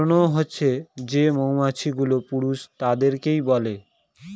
drone হছে যে মৌমাছি গুলো পুরুষ তাদেরকে বলে